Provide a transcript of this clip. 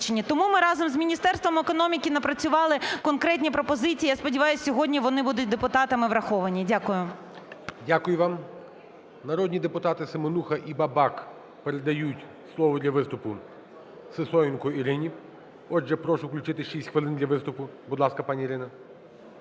Тому ми разом з Міністерством економіки напрацювали конкретні пропозиції. Я сподіваюся, сьогодні вони будуть депутатами враховані. Дякую. ГОЛОВУЮЧИЙ. Дякую вам. Народні депутати Семенуха і Бабак передають слово для виступу Сисоєнко Ірині. Отже, прошу включити 6 хвилин для виступу. Будь ласка, пані Ірина.